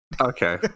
okay